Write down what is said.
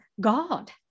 God